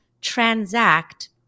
transact